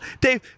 Dave